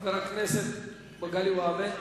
חבר הכנסת מגלי והבה,